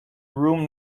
room